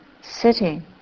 sitting